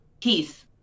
peace